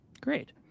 great